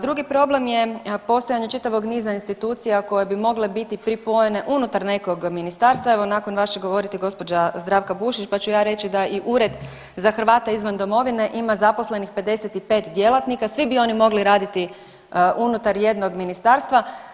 Drugi problem je postojanje čitavog niza institucija koje bi mogle biti pripojene unutar nekog ministarstva, evo, nakon vas će govoriti gđa. Zdravka Bušić pa ću ja reći da i Ured za Hrvate izvan domovine ima zaposlenih 55 djelatnika, svi bi oni mogli raditi unutar jednog ministarstva.